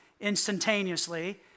instantaneously